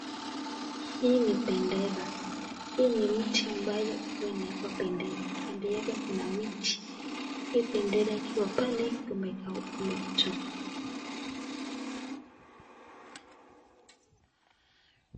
Hii ni bendera, hii ni mti ambayo huwa inawekwa bendera, kando yake kuna miti, hii bendera ikiwa pale kumetulia.